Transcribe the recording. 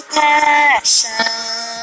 passion